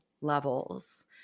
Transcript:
levels